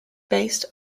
based